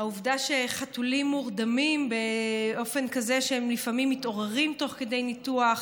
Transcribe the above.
העובדה שחתולים מורדמים באופן כזה שהם לפעמים מתעוררים תוך כדי ניתוח.